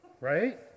right